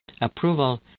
approval